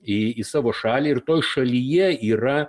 į į savo šalį ir toj šalyje yra